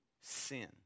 sin